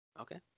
Okay